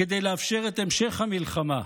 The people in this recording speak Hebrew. כדי לאפשר את המשך המלחמה.